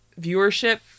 viewership